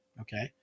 Okay